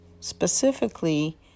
specifically